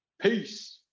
Peace